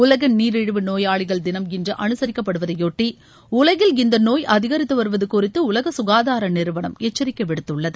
உலக நீரிழிவு நோயாளிகள் தினம் இன்று அனுசரிக்கப்படுவதையொட்டி உலகில் இந்த நோய் அதிகரித்து வருவது குறித்து உலக சுகாதார நிறுவனம் எச்சரிக்கை விடுத்துள்ளது